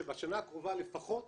שבשנה הקרובה לפחות